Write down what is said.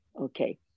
Okay